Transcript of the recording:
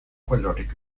quadratic